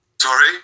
sorry